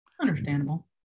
understandable